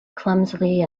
clumsily